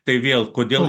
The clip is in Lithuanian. tai vėl kodėl